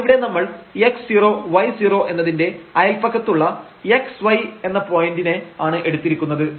എന്നാൽ ഇവിടെ നമ്മൾ x0y0 എന്നതിന്റെ അയൽപക്കത്തുള്ള x y എന്ന പോയന്റിനെ ആണ് എടുത്തിരിക്കുന്നത്